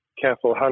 careful